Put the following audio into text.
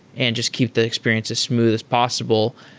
and just keep the experiences smooth as possible.